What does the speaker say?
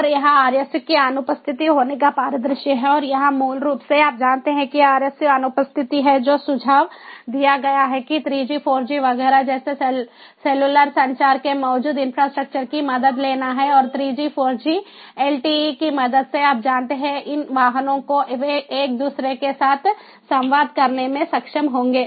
और यह RSU के अनुपस्थित होने का परिदृश्य है और यहाँ मूल रूप से आप जानते हैं कि RSU अनुपस्थित है जो सुझाव दिया गया है कि 3 जी 4 जी वगैरह जैसे सेलुलर संचार के मौजूदा इंफ्रास्ट्रक्चर की मदद लेना है और 3 जी 4 जी एलटीई की मदद से आप जानते हैं इन वाहनों को वे एक दूसरे के साथ संवाद करने में सक्षम होंगे